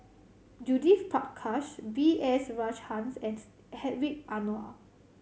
Judith Prakash B S Rajhans and Hedwig Anuar